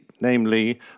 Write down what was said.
namely